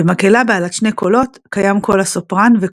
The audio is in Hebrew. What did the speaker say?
במקהלה בעלת שני קולות קיים קול הסופרן,